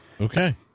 Okay